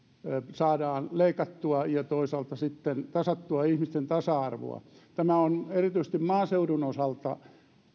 saadaan leikattua ja toisaalta sitten tasattua ihmisten tasa arvoa tämä on erityisesti maaseudun osalta